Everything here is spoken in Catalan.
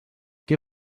què